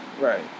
Right